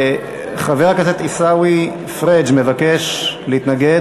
חבר הכנסת עיסאווי פריג' מבקש להתנגד.